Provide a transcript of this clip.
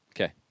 Okay